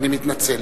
אני מתנצל.